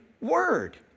word